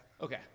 Okay